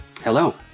Hello